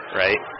right